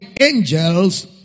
angels